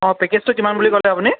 অঁ পেকেজটো কিমান বুলি ক'লে আপুনি